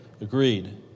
Agreed